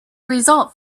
result